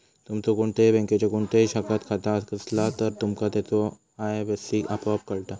तुमचो कोणत्याही बँकेच्यो कोणत्याही शाखात खाता असला तर, तुमका त्याचो आय.एफ.एस.सी आपोआप कळता